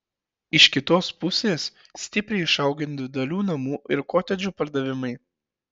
iš kitos pusės stipriai išaugo individualių namų ir kotedžų pardavimai